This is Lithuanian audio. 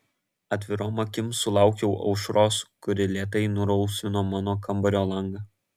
atvirom akim sulaukiau aušros kuri lėtai nurausvino mano kambario langą